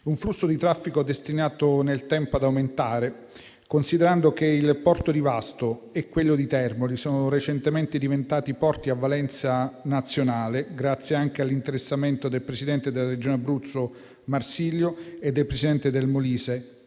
Un flusso di traffico destinato nel tempo ad aumentare, considerando che il porto di Vasto e quello di Termoli sono recentemente diventati porti a valenza nazionale, grazie anche all'interessamento del presidente della Regione Abruzzo Marsilio e del presidente del Molise